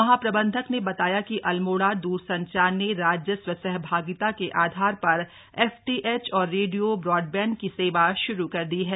महाप्रबंधक ने बताया कि अल्मोड़ा दूरसंचार ने राजस्व सहभागिता के आधार पर एफ टी एच और रेडियो ब्रांडबैंड की सेवा श्रू कर दी है